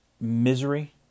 misery